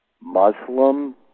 Muslim